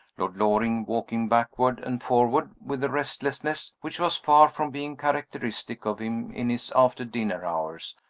lord loring, walking backward and forward, with a restlessness which was far from being characteristic of him in his after-dinner hours,